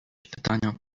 pytania